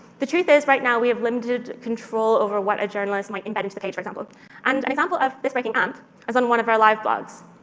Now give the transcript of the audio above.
the truth is, right now, we have limited control over what a journalist might embed into the page, for example. and an example of this breaking amp is on one of our live blogs.